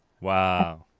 Wow